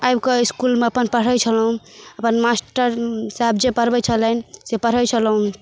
आबिकऽ ई इसकुलमे अपन पढ़ै छलहुँ अपन मास्टर साहेब जे पढ़बै छलनि से पढ़ै छलहुँ